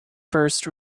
first